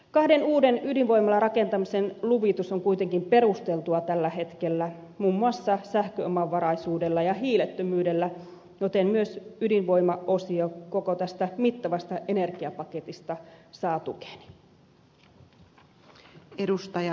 kahden uuden ydinvoimalarakentamisen luvitusta voidaan kuitenkin perustella tällä hetkellä muun muassa sähköomavaraisuudella ja hiilettömyydellä joten myös ydinvoimaosio koko tästä mittavasta energiapaketista saa tukeni